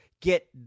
get